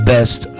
Best